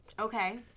Okay